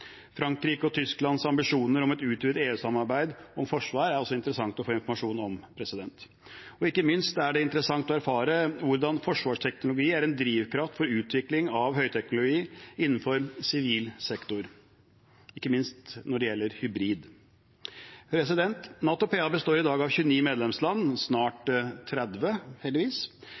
Frankrike og Tysklands ambisjoner om et utvidet EU-samarbeid om forsvar er også interessant å få informasjon om. Det er ikke minst interessant å erfare hvordan forsvarsteknologi er en drivkraft for utvikling av høyteknologi innenfor sivil sektor, ikke minst når det gjelder hybrid. NATO består i dag av 29 medlemsland – snart 30, heldigvis